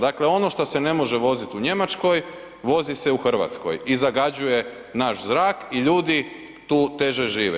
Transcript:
Dakle, ono što se ne može voziti u Njemačkoj vozi se u Hrvatskoj i zagađuje naš zrak i ljudi tu teže žive.